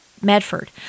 Medford